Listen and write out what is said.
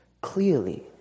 clearly